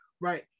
right